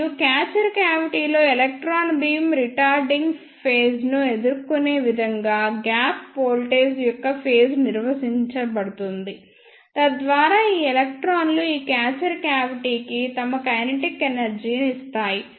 మరియు catcher cavity లో electron beam retarding ఫేజ్ను ఎదుర్కొనే విధంగా గ్యాప్ వోల్టేజ్ యొక్క ఫేజ్ నిర్వహించబడుతుంది తద్వారా ఈ ఎలక్ట్రాన్లు ఈ క్యాచర్ క్యావిటి కి తమ కైనెటిక్ ఎనర్జీ ని ఇస్తాయి